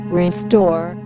restore